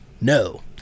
No